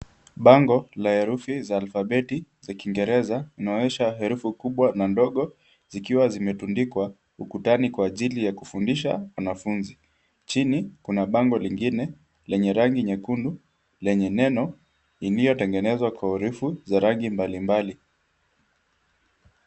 Bango, la herufi za alfabeti za Kiingereza inaonyesha herufu kubwa na ndogo zikiwa zimetundikwa ndani kwa ajili ya kufundisha wanafunzi. Chini kuna bango lingine, lenye rangi nyekundu, lenye neno iliyotengenezwa kwa urefu za rangi mbalimbali.